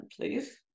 please